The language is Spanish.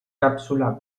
cápsula